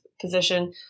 position